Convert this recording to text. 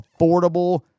affordable